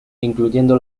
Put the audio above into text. incluyendo